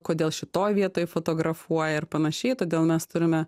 kodėl šitoj vietoj fotografuoja ir panašiai todėl mes turime